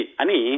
ani